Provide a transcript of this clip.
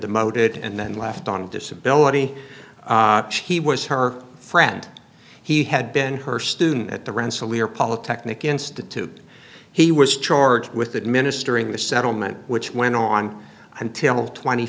demoted and then left on disability he was her friend he had been her student at the rensselaer polytechnic institute he was charged with that minister in the settlement which went on until tw